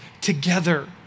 together